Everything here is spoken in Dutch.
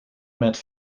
met